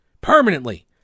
permanently